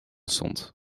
stond